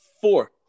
four